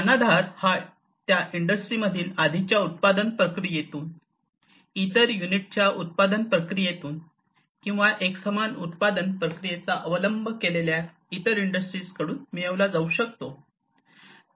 ज्ञानाधार हा त्याच इंडस्ट्री मधील आधीच्या उत्पादन प्रक्रियेतून इतर युनिटच्या उत्पादन प्रक्रियेतून किंवा एकसमान उत्पादन प्रक्रियेचा अवलंब केलेल्या इतर इंडस्ट्रीज कडून मिळवला जाऊ शकतो